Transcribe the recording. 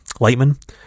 Lightman